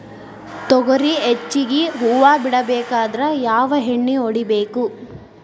ತೊಗರಿ ಹೆಚ್ಚಿಗಿ ಹೂವ ಬಿಡಬೇಕಾದ್ರ ಯಾವ ಎಣ್ಣಿ ಹೊಡಿಬೇಕು?